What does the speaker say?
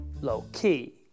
low-key